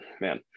man